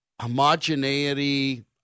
homogeneity